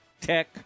Tech